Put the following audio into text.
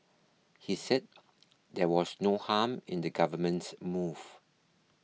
he said there was no harm in the government's move